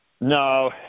No